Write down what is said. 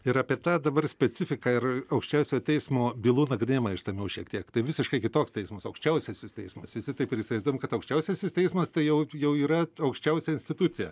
ir apie tą dabar specifiką ir aukščiausiojo teismo bylų nagrinėjimą išsamiau šiek tiek tai visiškai kitoks teismas aukščiausiasis teismas visi taip ir įsivaizduojam kad aukščiausiasis teismas tai jau jau yra aukščiausia institucija